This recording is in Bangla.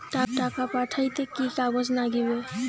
টাকা পাঠাইতে কি কাগজ নাগীবে?